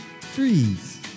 freeze